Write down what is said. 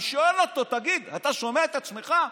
אני שואל אותו: תגיד, אתה שומע את עצמך?